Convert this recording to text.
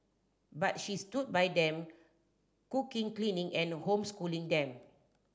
but she stood by them cooking cleaning and homeschooling them